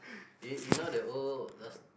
you you know that old